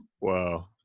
wow